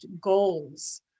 goals